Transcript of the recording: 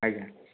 ଆଜ୍ଞା